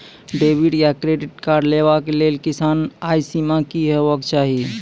Debit या credit card लेवाक लेल किसानक आय सीमा की हेवाक चाही?